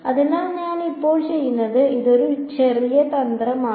അതിനാൽ ഞാൻ ഇപ്പോൾ ചെയ്യുന്നത് ഇതൊരു ചെറിയ തന്ത്രമാണ്